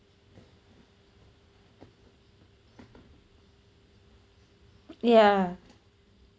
yeah